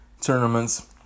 Tournaments